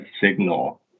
signal